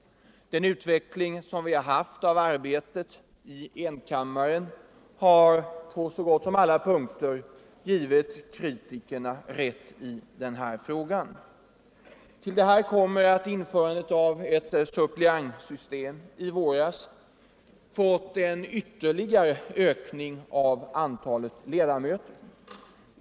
Den utveckling som vi har haft av arbetet i enkammaren har på så gott som alla punkter givit kritikerna rätt. Införandet av ett suppleantsystem i våras medförde en ytterligare ökning av antalet ledamöter.